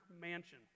Mansion